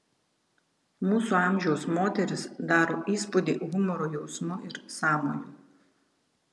mūsų amžiaus moteris daro įspūdį humoro jausmu ir sąmoju